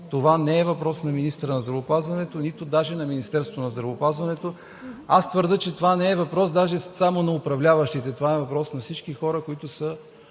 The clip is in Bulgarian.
Това не е въпрос на министъра на здравеопазването, нито даже на Министерството на здравеопазването. Аз твърдя, че това не е въпрос даже само на управляващите, а това е въпрос на всички хора, които са